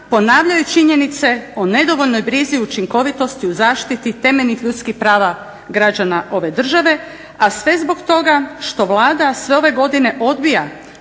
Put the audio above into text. ponavljaju činjenice o nedovoljnoj brizi i učinkovitosti u zaštiti temeljnih ljudskih prava građana ove države a sve zbog toga što Vlada sve ove godine odbija